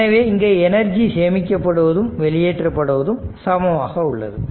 எனவே இங்கே எனர்ஜி சேமிக்கபடுவதும் வெளியேற்றப்படுவது சமமாக உள்ளது